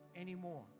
anymore